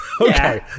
Okay